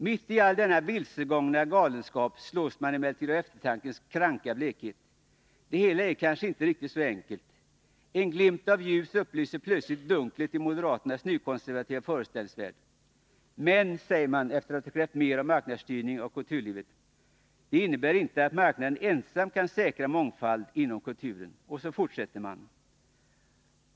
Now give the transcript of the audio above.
Mitt i all denna vilsegångna galenskap slås man emellertid av eftertankens kranka blekhet. Det hela är kanske inte riktigt så enkelt. En glimt av ljus upplyser plötsligt dunklet i moderaternas nykonservativa föreställningsvärld. Efter att ha krävt mer av marknadsstyrning av kulturlivet säger de: ”Men det innebär inte att marknaden ensam kan säkra mångfald inom kulturen.